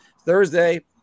Thursday